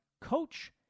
coach